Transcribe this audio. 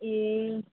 ए